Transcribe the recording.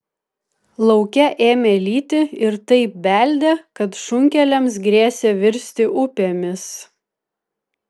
lauke ėmė lyti ir taip beldė kad šunkeliams grėsė virsti upėmis